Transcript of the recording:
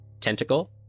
tentacle